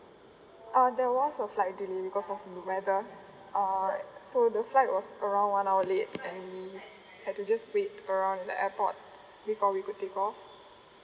ah there was a flight delay because of the weather uh so the flight was around one hour late and we had to just wait around the airport before we could take off